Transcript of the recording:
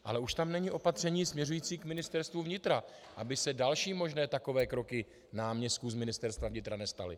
Ale už tam není opatření směřující k Ministerstvu vnitra, aby se další možné takové kroky náměstků z Ministerstva vnitra nestaly.